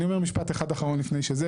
אני אומר משפט אחרון לפני שאני מסיים,